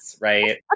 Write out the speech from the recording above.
right